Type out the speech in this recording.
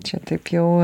čia taip jau